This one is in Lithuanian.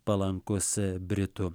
palankus britų